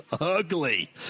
ugly